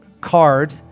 card